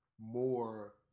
more